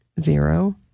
Zero